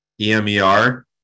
E-M-E-R